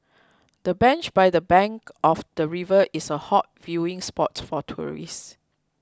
the bench by the bank of the river is a hot viewing spot for tourists